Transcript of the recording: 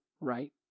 right